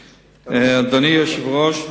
היושב-ראש,